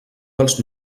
dels